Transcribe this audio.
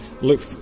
look